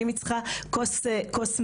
ואם היא צריכה כוס מים,